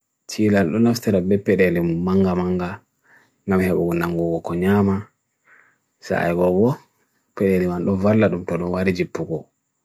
Chila lunastela be perele manga manga nabye kogo nangogo konyama sa aegogo perele wan lo valadun pa lo ware jipogo